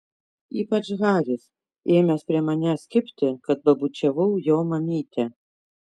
ypač haris ėmęs prie manęs kibti kad pabučiavau jo mamytę